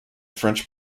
french